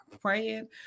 praying